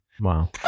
Wow